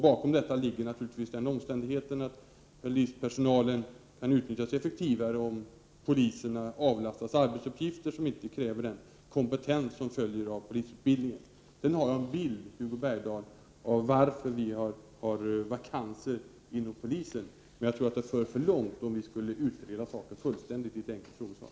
Bakom detta ligger naturligtvis den omständigheten att polispersonalen kan utnyttjas effektivare, om poliserna avlastas arbetsuppgifter som inte kräver den kompetens som följer av polisutbildningen. Sedan kan jag säga, Hugo Bergdahl, att jag har en bild av varför vi har vakanser inom polisen, men jag tror att det skulle föra för långt, om vi skulle utreda saken fullständigt i ett enkelt frågesvar.